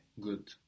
good